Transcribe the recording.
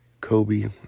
Kobe